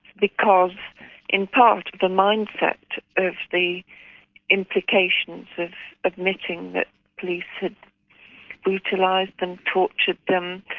because in part, the mindset of the implications of admitting that police had brutalised them, tortured them,